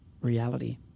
reality